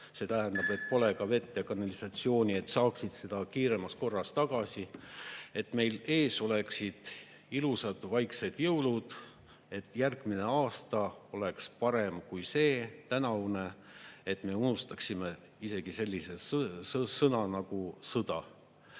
see tähendab, et pole ka vett ja kanalisatsiooni –, saaksid selle kiiremas korras tagasi, et meil oleksid ees ilusad vaiksed jõulud, et järgmine aasta oleks parem kui see, tänavune ning et me unustaksime isegi sellise sõna nagu "sõda".